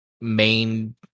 main